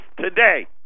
today